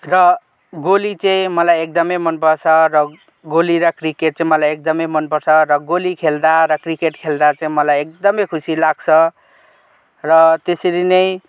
र गोली चाहिँ मलाई एकदमै मन पर्छ र गोली र क्रिकेट चाहिँ मलाई एकदमै मन पर्छ र गोली खेल्दा र क्रिकेट खेल्दा चाहिँ मलाई एकदमै खुसी लाग्छ र त्यसरी नै